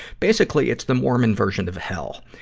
basically, it's the mormon version of hell.